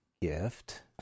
Gift